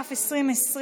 התש"ף 2020,